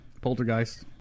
Poltergeist